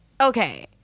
Okay